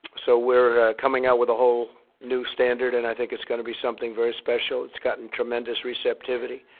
so we're coming out with a whole new standard, and i think it's going to be something very special. it's gotten tremendous receptivity.